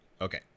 Okay